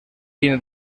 tiene